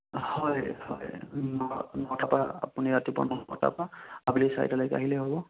হয় হয় নটা পা আপুনি ৰাতিপুৱা ন বজাৰ পৰা আবেলি চাৰিটালৈকে আহিলেই হ'ব